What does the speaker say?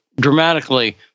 dramatically